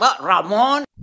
Ramon